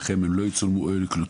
לכן הם לא יצולמו או יוקלטו